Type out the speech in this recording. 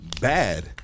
bad